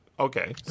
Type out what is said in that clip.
Okay